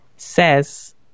says